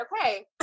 Okay